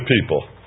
people